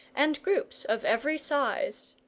and groups of every size.